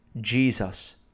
Jesus